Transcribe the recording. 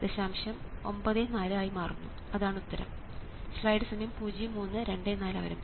94 ആയി മാറുന്നു അതാണ് ഉത്തരം